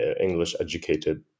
English-educated